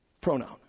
pronoun